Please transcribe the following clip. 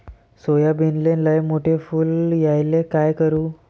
सोयाबीनले लयमोठे फुल यायले काय करू?